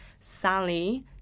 Sally